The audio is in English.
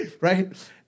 right